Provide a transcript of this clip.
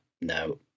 no